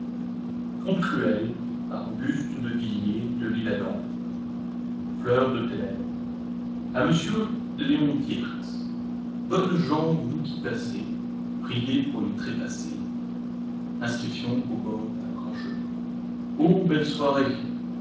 à monsieur léon dierx bonnes gens vous qui passez priez pour les trépassés inscription au bord d'un grand chemin ô belles soirées